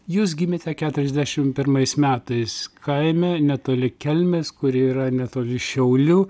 jūs gimėte keturiasdešim pirmais metais kaime netoli kelmės kuri yra netoli šiaulių